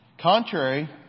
Contrary